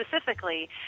specifically